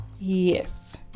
Yes